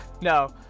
No